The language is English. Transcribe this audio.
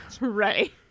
Right